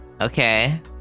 Okay